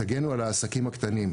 תגנו על העסקים הקטנים.